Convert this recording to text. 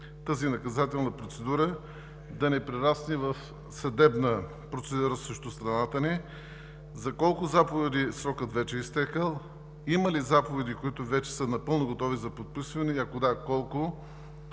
тази наказателна процедура да не прерасне в съдебна процедура срещу страната ни? За колко заповеди срокът вече е изтекъл? Има ли заповеди, които вече са напълно готови за подписване, и ако да, колко